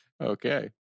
Okay